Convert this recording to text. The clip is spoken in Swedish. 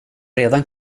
redan